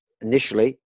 initially